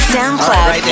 SoundCloud